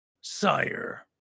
sire